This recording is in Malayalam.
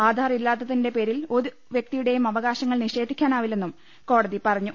ആധാർ ഇല്ലാത്തതിന്റെ പേരിൽ ഒരു വ്യക്തിയുടെയും അവകാശങ്ങൾ നിഷേധിക്കാനാവില്ലെന്നും കോടതി പറഞ്ഞു